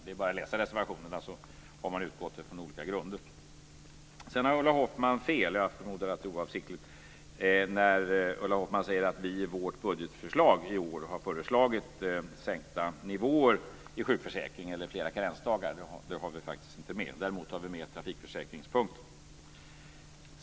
Det räcker att läsa reservationerna för att se att de har utgått från olika grunder. Ulla Hoffmann har fel - jag förmodar att det är oavsiktligt - när hon säger att det i vårt budgetförslag i år ingår sänkta nivåer i sjukförsäkringen eller flera karensdagaar. Det har vi faktiskt inte tagit med. Däremot ingår punkten om trafikförsäkringen.